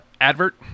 Advert